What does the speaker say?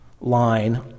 line